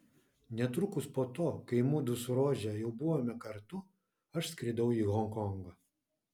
netrukus po to kai mudu su rože jau buvome kartu aš skridau į honkongą